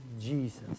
jesus